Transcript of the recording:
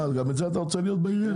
מה גם את זה אתה רוצה להיות בעיירה?